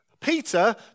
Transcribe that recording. Peter